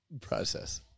process